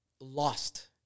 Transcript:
lost